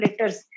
letters